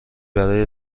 برای